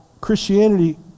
Christianity